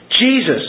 Jesus